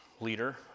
leader